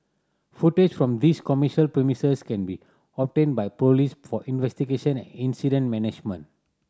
footage from these commercial premises can be obtained by police for investigation and incident management